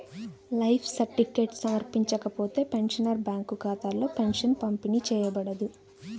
life certificate సమర్పించకపోతే, pensioner bank ఖాతాలో pension పంపిణీ చేయబడదు